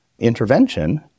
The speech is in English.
intervention